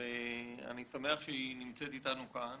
אני שמח שהיא נמצאת אתנו כאן,